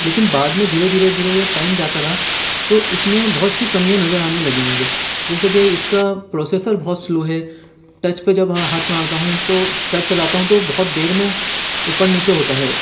لیکن بعد میں دھیرے دھیرے دھیرے ٹائم جاتا رہا تو اس میں بہت سی کمیاں نظر آنے لگیں مجھے جیسے کہ اس کا پروسیسر بہت سلو ہے ٹچ پہ جب ہاتھ مارتا ہوں تو ٹچ چلاتا ہوں تو بہت دیر میں اوپر نیچے ہوتا ہے